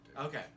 okay